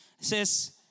says